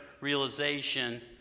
realization